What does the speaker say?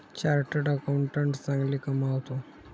chartered accountant चांगले कमावतो